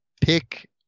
pick